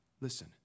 Listen